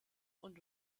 und